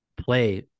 play